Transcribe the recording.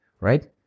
right